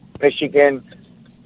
Michigan